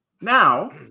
Now